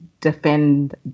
defend